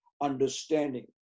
understanding